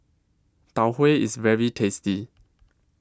Tau Huay IS very tasty